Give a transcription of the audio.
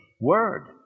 word